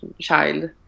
child